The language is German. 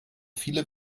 viele